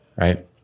right